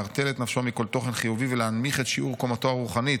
לערטל את נפשו מכל תוכן חיובי ולהנמיך את שיעור קומתו הרוחנית: